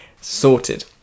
sorted